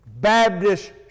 Baptist